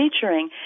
featuring